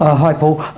ah hi paul.